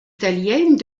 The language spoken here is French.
italiennes